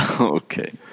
Okay